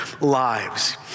lives